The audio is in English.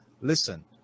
listen